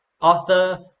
author